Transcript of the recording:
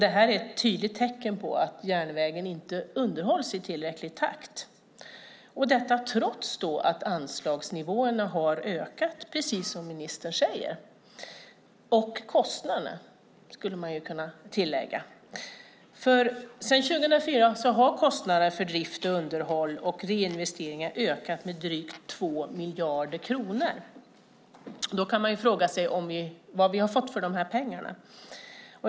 Det är ett tydligt tecken på att järnvägen inte underhålls i tillräcklig takt, detta trots att anslagsnivåerna har ökat, precis som ministern säger. Och kostnaderna, skulle man kunna tillägga, för sedan 2004 har kostnaderna för drift, underhåll och reinvesteringar ökat med drygt 2 miljarder kronor. Då kan man fråga sig vad vi har fått för de pengarna.